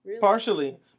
partially